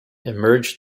emerged